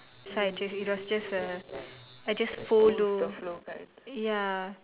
so I just it was just a I just follow ya